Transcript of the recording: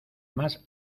más